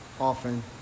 often